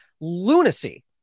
lunacy